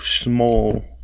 small